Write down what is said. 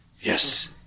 yes